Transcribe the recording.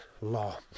law